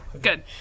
Good